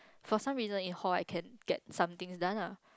for some reason in hall I can get somethings done lah